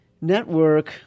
Network